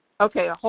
Okay